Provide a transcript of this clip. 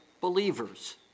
believers